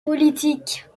politiques